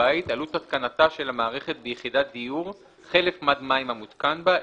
בית עלות התקנתה של המערכת ביחידת דיור חלף מד מים המותקן בה,